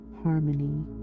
harmony